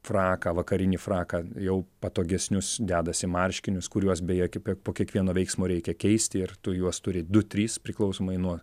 fraką vakarinį fraką jau patogesnius dedasi marškinius kuriuos beje kaip po kiekvieno veiksmo reikia keisti ir tu juos turi du trys priklausomai nuo